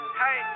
hey